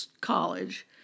college